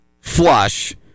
Flush